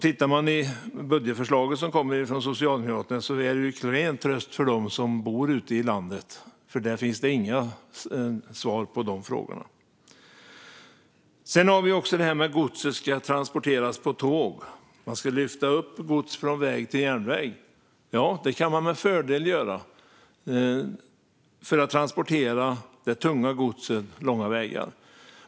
Tittar man i budgetförslaget som kommer från Socialdemokraterna är det en klen tröst för dem bor ute i landet. Där finns det inga svar på de frågorna. Sedan har vi också frågan om att godset ska transporteras på tåg. Man ska lyfta upp gods från väg till järnväg. Det kan man med fördel göra för att transportera det tunga godset långa vägar.